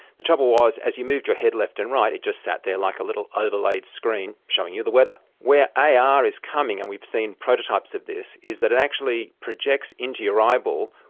the trouble was as you moved your head left and right it just sat there like a little overlaid screen showing you the weather. where ar is coming, and we've seen prototypes of this, is that it actually projects into your eyeball,